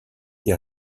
des